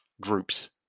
groups